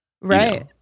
Right